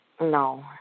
No